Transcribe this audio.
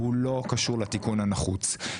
הוא לא קשור לתיקון הנחוץ.